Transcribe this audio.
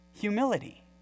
humility